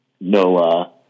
no